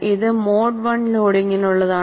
ഇത് mode I ലോഡിങ്ങിനുള്ളതാണ്